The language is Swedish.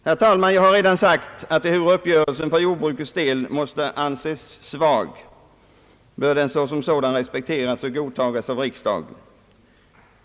Herr talman! Jag har redan sagt att ehuru uppgörelsen för jordbrukets del måste anses svag bör den som sådan respekteras och godtagas av riksdagen.